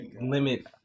limit